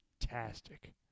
Fantastic